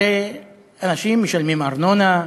הרי אנשים משלמים ארנונה,